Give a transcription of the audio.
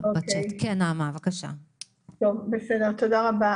תודה רבה.